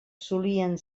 solien